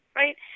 right